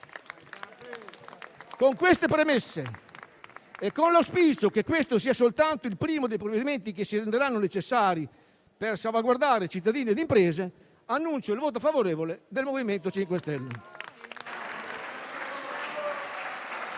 Con queste premesse e con l'auspicio che questo sia soltanto il primo dei provvedimenti che si renderanno necessari per salvaguardare cittadini e imprese, annuncio il voto favorevole del MoVimento 5 Stelle.